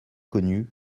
connue